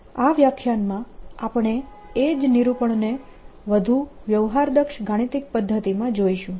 આ વ્યાખ્યાનમાં આપણે એ જ નિરૂપણને વધુ વ્યવહારદક્ષ ગાણિતિક પદ્ધતિમાં જોઈશું